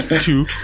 two